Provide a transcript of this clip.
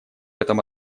этом